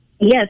Yes